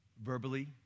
Verbally